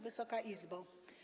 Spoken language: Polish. Wysoka Izbo!